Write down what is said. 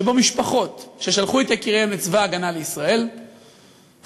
שבו משפחות ששלחו את יקיריהן לצבא ההגנה לישראל חיילים,